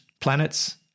planets